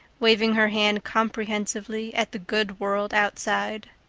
waving her hand comprehensively at the good world outside.